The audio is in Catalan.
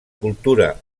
cultura